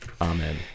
Amen